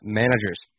managers